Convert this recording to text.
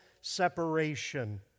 separation